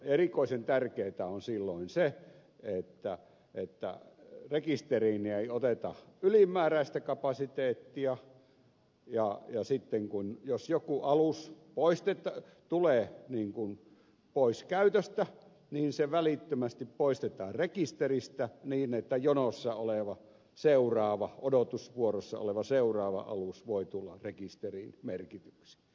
erikoisen tärkeätä on silloin se että rekisteriin ei oteta ylimääräistä kapasiteettia ja että jos joku alus otetaan pois käytöstä se välittömästi poistetaan rekisteristä niin että jonossa odotusvuorossa oleva seuraava alus voi tulla rekisteriin merkityksi